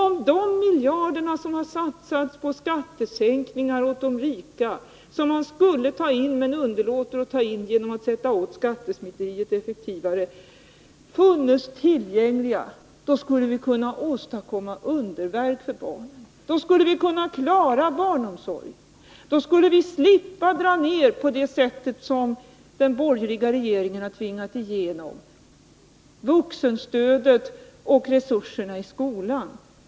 Om de miljarder som har satsats på skattesänkningar åt de rika — miljarder som man underlåter att ta in, eftersom man inte sätter åt skattesmiteriet effektivare — funnes tillgängliga, så skulle vi kunna åstadkomma underverk för barnen. Då skulle vi kunna klara barnomsorgen. Då skulle vi slippa att på det sätt som den borgerliga regeringen tvingat igenom dra ned vuxenstödet och resurserna till skolan.